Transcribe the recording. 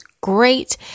great